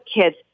kids